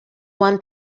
one